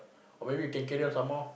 or maybe you can carry on some more